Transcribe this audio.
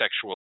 sexual